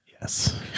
Yes